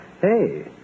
Hey